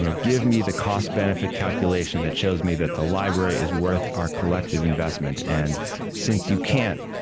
you know give me the cost benefit calculation that shows me that the library is worth our collective investment. and since you can't,